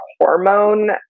hormone